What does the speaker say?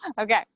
okay